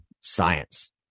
Science